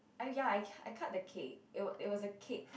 I ya I cu~ I cut the cake it it was a cake